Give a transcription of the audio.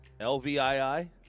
LVII